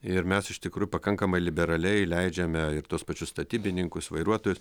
ir mes iš tikrųjų pakankamai liberaliai leidžiame ir tuos pačius statybininkus vairuotojus